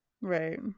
right